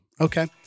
okay